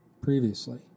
previously